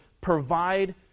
provide